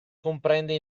comprende